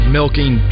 milking